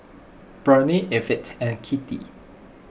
Bernie Evette and Kitty